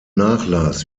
nachlass